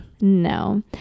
no